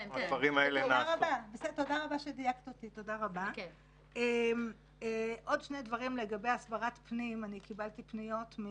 האזרחית שבה המלחמה על דעת הקהל והדוברים הם